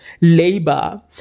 labor